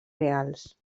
reals